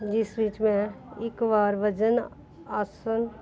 ਜਿਸ ਵਿੱਚ ਮੈਂ ਇੱਕ ਵਾਰ ਵਜਰ ਆਸਨ